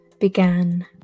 began